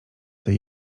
tej